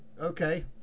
Okay